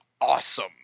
awesome